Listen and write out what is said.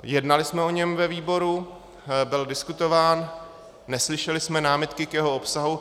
Jednali jsme o něm ve výboru, byl diskutován, neslyšeli jsme námitky k jeho obsahu.